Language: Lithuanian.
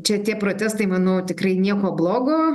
čia tie protestai manau tikrai nieko blogo